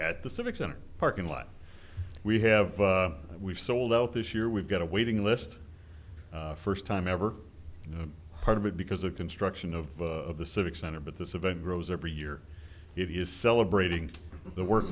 at the civic center parking lot we have we've sold out this year we've got a waiting list first time ever no part of it because of construction of the civic center but this event grows every year it is celebrating the work